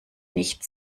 nicht